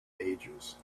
ages